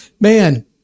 man